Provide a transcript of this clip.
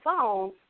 phone